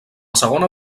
segona